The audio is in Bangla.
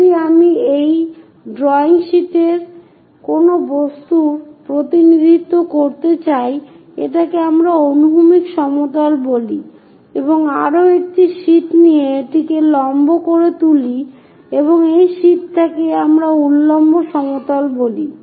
যদি আমি এই ড্রয়িং শিটের কোন বস্তুর প্রতিনিধিত্ব করতে চাই এটাকে আমরা অনুভূমিক সমতল বলি এবং আরও একটি শীট নিয়ে এটিকে লম্ব করে তুলি এবং সেই শীটটিকে আমরা উল্লম্ব সমতল বলি